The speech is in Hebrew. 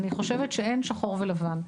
אני חושבת שאין שחור ולבן.